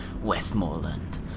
Westmoreland